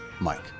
Mike